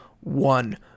one